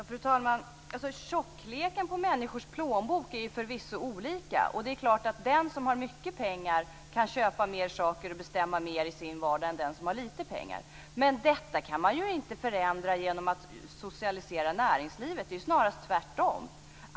Fru talman! Tjockleken på människors plånböcker är förvisso olika. Det är klart att den som har mycket pengar kan köpa mer saker och bestämma mer i sin vardag än den som har lite pengar, men detta kan man inte förändra genom att socialisera näringslivet. Det är snarast tvärtom.